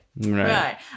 Right